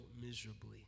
miserably